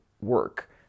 work